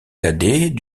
cadet